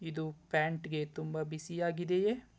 ಇದು ಪ್ಯಾಂಟ್ಗೆ ತುಂಬ ಬಿಸಿಯಾಗಿದೆಯೇ